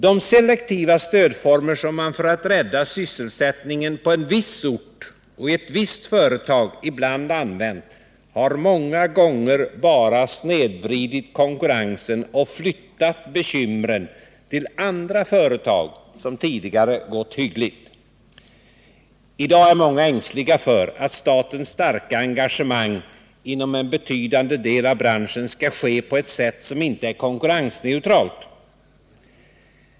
De selektiva stödformer som man använt för att rädda sysselsättningen på en viss ort och ett visst företag har många gånger bara snedvridit konkurrensen och flyttat bekymren till andra företag som tidigare gått hyggligt. I dag är många ängsliga för att statens starka engagemang inom en betydande del av branschen skall ske på ett sätt som inte är konkurrensneutralt.